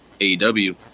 AEW